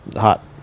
hot